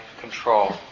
control